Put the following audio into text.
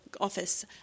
office